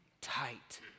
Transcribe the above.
tight